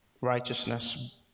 righteousness